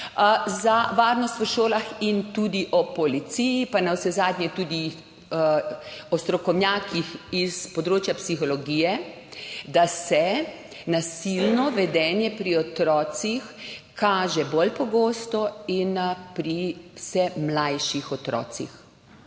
za varnost v šolah, in tudi o policiji pa navsezadnje tudi o strokovnjakih s področja psihologije – da se nasilno vedenje pri otrocih kaže bolj pogosto in pri vse mlajših otrocih.